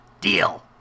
deal